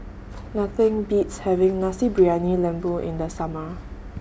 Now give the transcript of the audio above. Nothing Beats having Nasi Briyani Lembu in The Summer